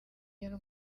iyo